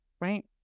right